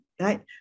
right